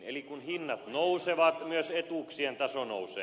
eli kun hinnat nousevat myös etuuksien taso nousee